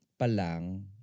palang